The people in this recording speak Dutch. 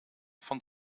van